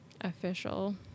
official